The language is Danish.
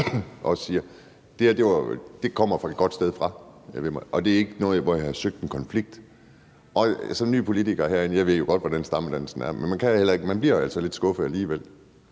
også siger, kommer det her et godt sted fra, og det er ikke noget, hvor jeg har søgt en konflikt. Som ny politiker herinde ved jeg jo godt, hvordan stammedansen er, men man bliver alligevel lidt skuffet, når der